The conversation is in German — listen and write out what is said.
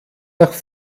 nach